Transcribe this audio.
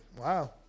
Wow